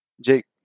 Jake